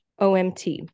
OMT